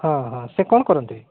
ହଁ ହଁ ସେ କ'ଣ କରନ୍ତି